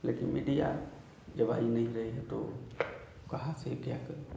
लेकिन मीडिया जब आई नहीं रही है तो कहाँ से क्या करें